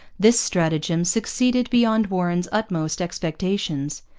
this stratagem succeeded beyond warren's utmost expectations.